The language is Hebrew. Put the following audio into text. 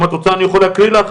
אם את רוצה אני יכול להקריא לך,